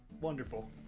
Wonderful